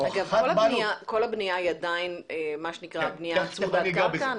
-- כל הבנייה היא עדיין צמודת קרקע?